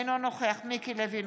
אינו נוכח מיקי לוי,